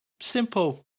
Simple